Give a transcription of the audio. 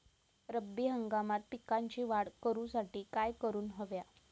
रब्बी हंगामात पिकांची वाढ करूसाठी काय करून हव्या?